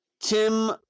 Tim